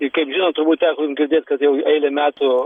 ir kaip žinot turbūt teko jum girdėt kad jau eilę metų